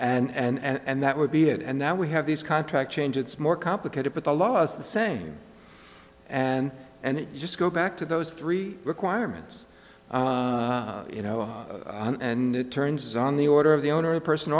up and that would be it and now we have this contract change it's more complicated but the law is the same and and just go back to those three requirements you know and it turns on the order of the owner a person